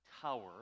tower